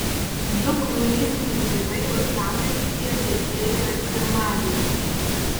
du kruiziniai laivai uostamiestyje viešėjo ir pirmadienį